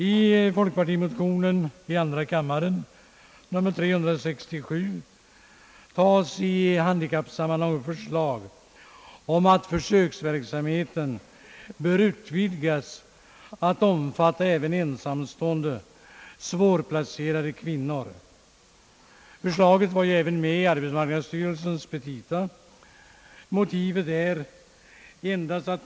I folkpartimotionen nr 367 i andra kammaren föreslås en utvidgning av försöksverksamheten med näringshjälp till att omfatta även ensamstående <:Ssvårplacerade kvinnor. Förslaget var ju också med i arbetsmarknadsstyrelsens petita.